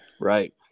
right